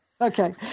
Okay